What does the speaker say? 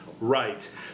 right